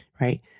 right